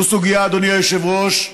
זו סוגיה, אדוני היושב-ראש,